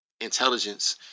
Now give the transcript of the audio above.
intelligence